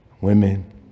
Women